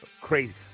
crazy